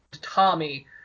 Tommy